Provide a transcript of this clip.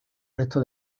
resto